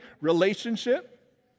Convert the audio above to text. Relationship